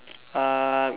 uh